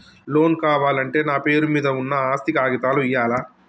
Loan కావాలంటే నా పేరు మీద ఉన్న ఆస్తి కాగితాలు ఇయ్యాలా?